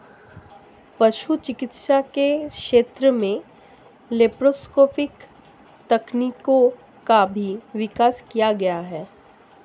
पशु चिकित्सा के क्षेत्र में लैप्रोस्कोपिक तकनीकों का भी विकास किया गया है